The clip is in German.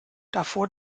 davor